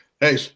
Hey